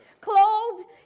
Clothed